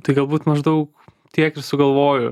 tai galbūt maždaug tiek ir sugalvoju